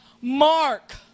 mark